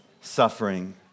suffering